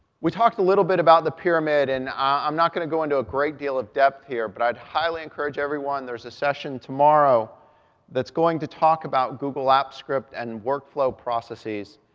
we talked a little bit about the pyramid, and i'm not going to go into a great deal of depth here, but i highly encourage everyone there's a session tomorrow that's going to talk about google apps script and work flow processes,